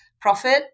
profit